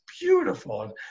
beautiful